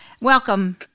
Welcome